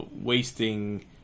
wasting